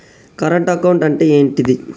Current account అంటే ఏంటిది?